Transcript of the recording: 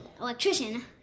Electrician